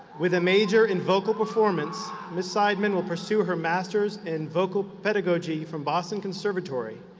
with a major in vocal performance, ms. seidman will pursue her masters in vocal pedagogy from boston conservatory,